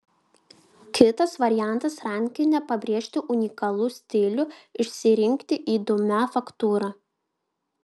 kitas variantas rankine pabrėžti unikalų stilių išsirinkti įdomią faktūrą